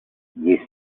gli